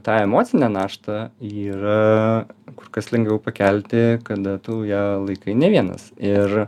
tą emocinę naštą yra kur kas lengviau pakelti kada tu ją laikai ne vienas ir